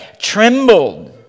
trembled